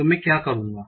तो मैं क्या करूंगा